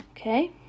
Okay